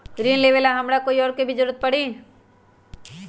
ऋन लेबेला हमरा कोई और के भी जरूरत परी?